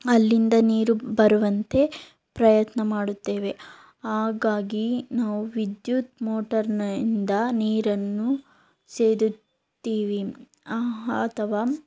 ಅಲ್ಲಿಂದ ನೀರು ಬರುವಂತೆ ಪ್ರಯತ್ನ ಮಾಡುತ್ತೇವೆ ಆಗಾಗಿ ನಾವು ವಿದ್ಯುತ್ ಮೋಟರ್ನಿಂದ ನೀರನ್ನು ಸೇದುತ್ತೀವಿ ಅಥವಾ